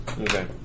Okay